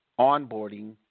onboarding